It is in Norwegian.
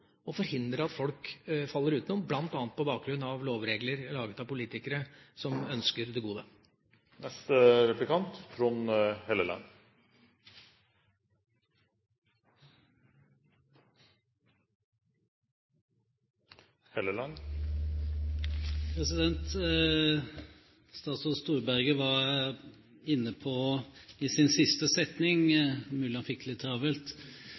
å forhindre at folk faller utenfor, bl.a. på bakgrunn av lovregler, laget av politikere som ønsker det gode. Statsråd Storberget var i siste setning i sitt innlegg inne på – det var mulig han fikk det litt travelt